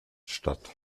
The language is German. statt